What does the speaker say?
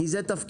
כי זה תפקידה.